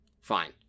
Fine